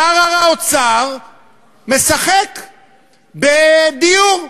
שר האוצר משחק בדיור,